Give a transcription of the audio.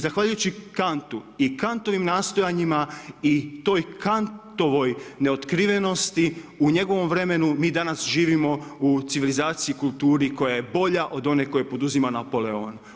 Zahvaljujući Kantu i Kantovim nastojanjima i toj Kantovoj neotkrivenosti u njegovom vremenu mi danas živimo u civilizaciji, kulturi koja je bolja od one koju je poduzimao Napoleon.